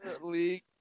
League